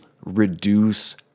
reduce